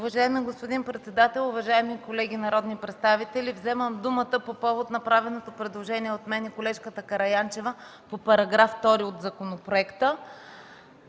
Уважаеми господин председател, уважаеми колеги народни представители! Вземам думата по повод направеното предложение от мен и колежката Караянчева по § 2. Правя това